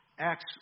Acts